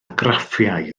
graffiau